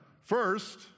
first